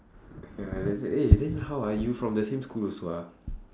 okay lah then eh then how ah you from the same school also ah